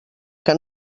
que